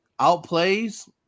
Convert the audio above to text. outplays